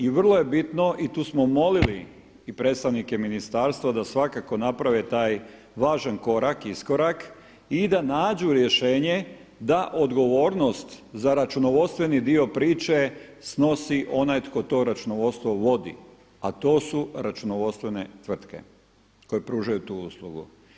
I vrlo je bitno i tu smo molili i predstavnike ministarstva da svakako naprave taj važan korak, iskorak i da nađu rješenje da odgovornost za računovodstveni dio priče snosi onaj tko to računovodstvo vodi a to su računovodstvene tvrtke koje pružaju tu uslugu.